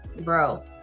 Bro